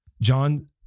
John